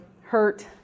hurt